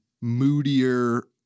moodier